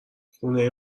خونه